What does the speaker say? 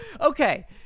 Okay